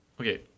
Okay